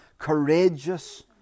courageous